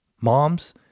Moms